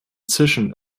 zischen